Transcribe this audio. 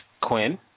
Quinn